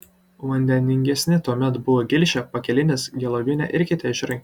vandeningesni tuomet buvo gilšė pakelinis gelovinė ir kiti ežerai